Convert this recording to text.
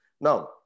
Now